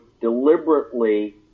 deliberately